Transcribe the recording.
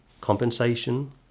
Compensation